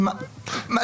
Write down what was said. טוב,